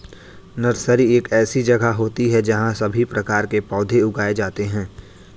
nursery एक ऐसी जगह होती है जहां सभी प्रकार के पौधे उगाए जाते हैं